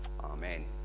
amen